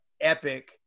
epic